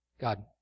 God